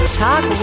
talk